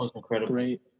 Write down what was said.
great